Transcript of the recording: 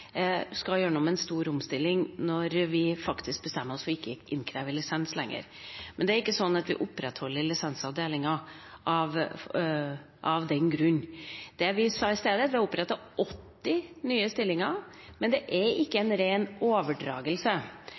skal gjennom en stor omstilling når vi faktisk bestemmer oss for ikke å kreve inn lisens lenger. Men vi opprettholder ikke lisensavdelingen av den grunn. Det vi i stedet har gjort, er at vi har opprettet 80 nye stillinger, men det er ikke en ren overdragelse